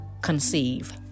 conceive